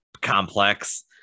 complex